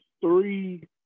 three